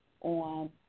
on